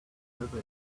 whoever